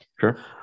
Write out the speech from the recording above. sure